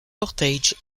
portage